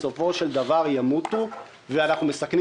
המפעלים האלה בסופו של דבר ימותו ואנחנו מסכנים